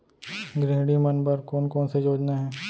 गृहिणी मन बर कोन कोन से योजना हे?